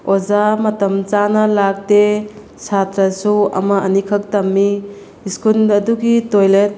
ꯑꯣꯖꯥ ꯃꯇꯝ ꯆꯥꯅ ꯂꯥꯛꯇꯦ ꯁꯥꯇ꯭ꯔꯁꯨ ꯑꯃ ꯑꯅꯤꯈꯛ ꯇꯝꯃꯤ ꯁ꯭ꯀꯨꯜ ꯑꯗꯨꯒꯤ ꯇꯣꯏꯂꯦꯠ